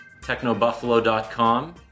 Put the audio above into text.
Technobuffalo.com